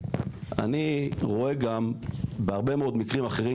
אני רואה גם בהרבה מאוד מקרים אחרים,